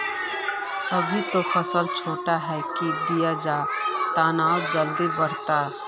अभी ते फसल छोटका है की दिये जे तने जल्दी बढ़ते?